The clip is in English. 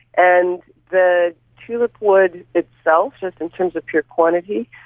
and the tulipwood itself, just in terms of pure quantity,